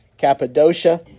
Cappadocia